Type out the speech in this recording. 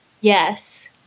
Yes